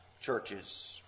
churches